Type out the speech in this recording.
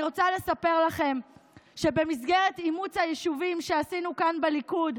אני רוצה לספר לכם שבמסגרת אימוץ היישובים שעשינו כאן בליכוד,